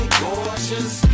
gorgeous